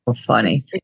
funny